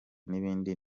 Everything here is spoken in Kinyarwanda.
n’ibindi